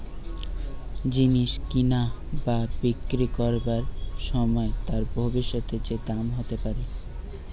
জিনিস কিনা বা বিক্রি করবার সময় তার ভবিষ্যতে যে দাম হতে পারে